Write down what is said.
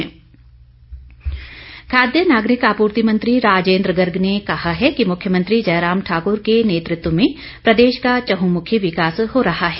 गर्ग खाद्य नागरिक आपूर्ति मंत्री राजेन्द्र गर्ग ने कहा है कि मुख्यमंत्री जयराम ठाकुर के नेतृत्व में प्रदेश का चहुंमुखी विकास हो रहा है